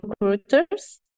recruiters